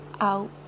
out